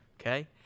okay